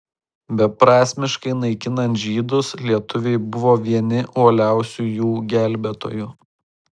beprasmiškai naikinant žydus lietuviai buvo vieni uoliausių jų gelbėtojų